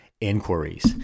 inquiries